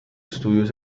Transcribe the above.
estudios